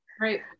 Right